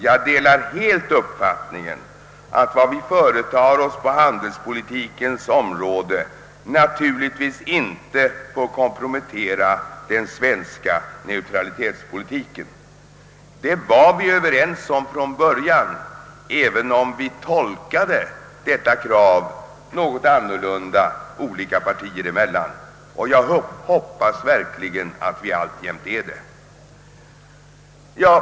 Jag delar helt uppfattningen att vad vi företar oss på handelspolitikens område naturligtvis inte får kompromettera den svenska neutralitetspolitiken. Det var vi överens om från början — även om vi tolkade detta krav något annorlunda olika partier emellan — och jag hoppas verkligen att vi alltjämt är det.